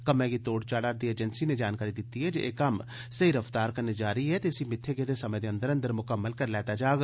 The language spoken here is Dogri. कम्मै गी तोड़ चाढ़ा रदी एजंसी नै जानकारी दित्ती एह् कम्म सेई रफ्तार कन्नै जारी ऐ ते इसी मित्थे गेदे समें दे अंदर अंदर मुकम्मल करी लैता जाग